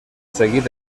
seguit